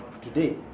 Today